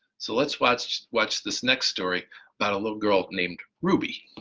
so let's watch watch this next story about a little girl named ruby.